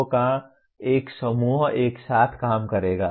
लोगों का एक समूह एक साथ काम करेगा